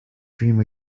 dream